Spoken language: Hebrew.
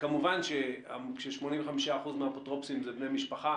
כמובן שכאשר 85% מן האפוטרופוסים הם בני משפחה